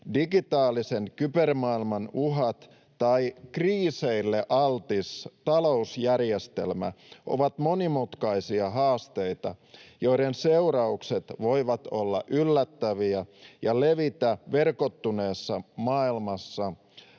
digitaalisen kybermaailman uhat tai kriiseille altis talousjärjestelmä ovat monimutkaisia haasteita, joiden seuraukset voivat olla yllättäviä ja levitä verkottuneessa maailmassa